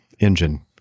engine